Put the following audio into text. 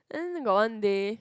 then got one day